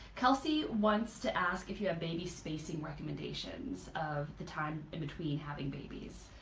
kelsey wants to ask if you have babies spacing recommendations of the time in between having babies.